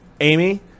Amy